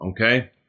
Okay